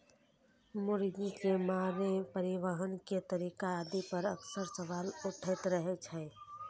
मुर्गी के मारै, परिवहन के तरीका आदि पर अक्सर सवाल उठैत रहै छै